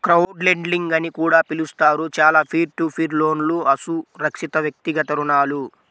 crowdlending అని కూడా పిలుస్తారు, చాలా పీర్ టు పీర్ లోన్లుఅసురక్షితవ్యక్తిగత రుణాలు